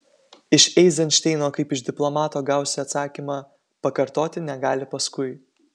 iš eizenšteino kaip iš diplomato gausi atsakymą pakartoti negali paskui